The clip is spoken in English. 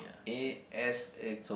a_s uh